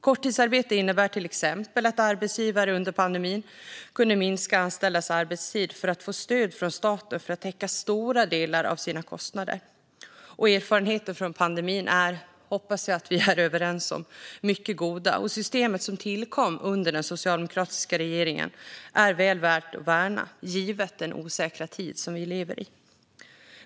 Korttidsarbete innebar till exempel att arbetsgivare under pandemin kunde minska anställdas arbetstid och få stöd från staten för att täcka stora delar av kostnaden. Erfarenheterna från pandemin är - det hoppas jag att vi är överens om - mycket goda. Systemet, som tillkom under den socialdemokratiska regeringen, är väl värt att värna, givet den osäkra tid vi lever i.